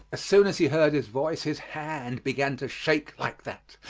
as soon as he heard his voice, his hand began to shake like that,